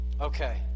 okay